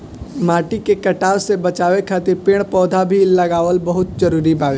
माटी के कटाव से बाचावे खातिर पेड़ पौधा भी लगावल बहुत जरुरी बावे